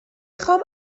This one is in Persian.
خوام